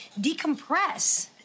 decompress